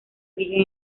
origen